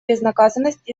безнаказанность